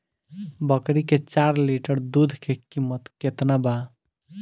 बकरी के चार लीटर दुध के किमत केतना बा?